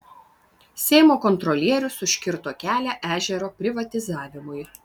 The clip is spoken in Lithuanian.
seimo kontrolierius užkirto kelią ežero privatizavimui